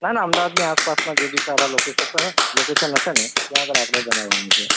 ના ના અમદાવાદની આસપાસનાં જે બી સારા લોકેશક લોકેશન હશે ને ત્યાં આગળ આપણે બનાવવાની છે